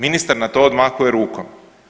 Ministar na to odmahuje rukom.